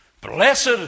Blessed